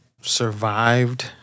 survived